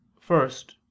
First